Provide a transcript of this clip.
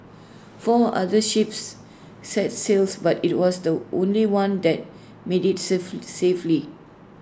four other ships set sails but IT was the only one that made IT safe safely